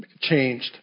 changed